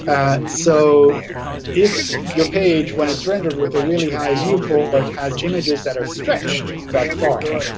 and so if your page, when it's rendered with a really high viewport or it has images that are stretched that far,